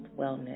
wellness